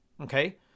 Okay